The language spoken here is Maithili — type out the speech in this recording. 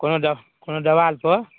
कोनो दे कोनो देवाल पर